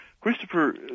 Christopher